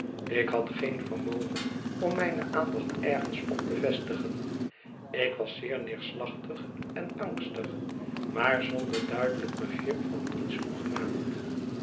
ik had geen vermogen om mijne aandacht ergens op te vestigen ik was zeer neerslachtig en angstig maar zonder duidelijk begrip van iets hoegenaamd